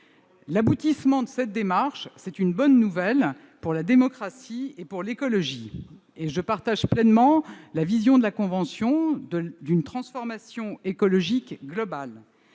L'aboutissement de cette démarche est une bonne nouvelle pour la démocratie et pour l'écologie. Je partage pleinement la vision de la Convention d'une transformation écologique globale.